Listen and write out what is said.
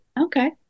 okay